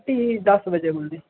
ठीक दस बजे खुलदी